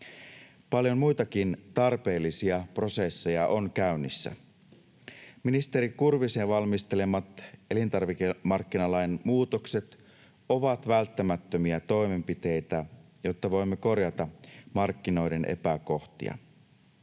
Paljon muitakin tarpeellisia prosesseja on käynnissä. Ministeri Kurvisen valmistelemat elintarvikemarkkinalain muutokset ovat välttämättömiä toimenpiteitä, jotta voimme korjata markkinoiden epäkohtia.